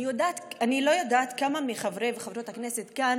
אני לא יודעת לכמה מחברות וחברי הכנסת כאן